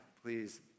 Please